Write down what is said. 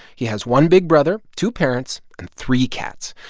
he has one big brother, two parents and three cats.